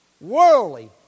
worldly